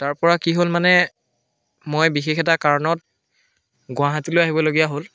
তাৰপৰা কি হ'ল মানে মই বিশেষ এটা কাৰণত গুৱাহাটীলৈ আহিবলগীয়া হ'ল